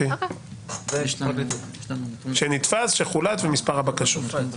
שנתפס, שחולט ומספר הבקשות.